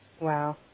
Wow